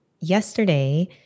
yesterday